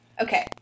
Okay